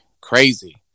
crazy